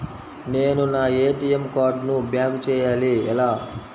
నేను నా ఏ.టీ.ఎం కార్డ్ను బ్లాక్ చేయాలి ఎలా?